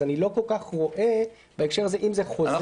אז אני לא כל כך רואה בהקשר הזה אם זה חוזר לוועדה